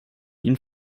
ihnen